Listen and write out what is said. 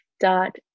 dot